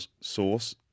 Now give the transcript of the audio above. source